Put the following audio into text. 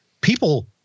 People